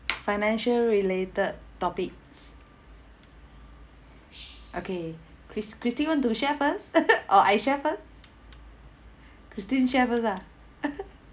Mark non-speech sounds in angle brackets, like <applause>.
financial related topics okay chris~ christine want to share first <laughs> or I share first christine share first ah <laughs>